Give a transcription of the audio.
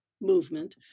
movement